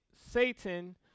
Satan